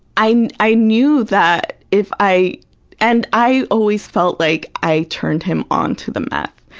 i and i knew that if i and i always felt like i turned him onto the meth.